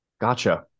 Gotcha